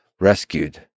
rescued